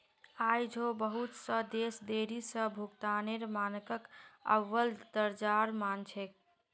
आई झो बहुत स देश देरी स भुगतानेर मानकक अव्वल दर्जार मान छेक